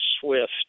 SWIFT